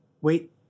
wait